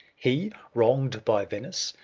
he, wronged by venice,